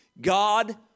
God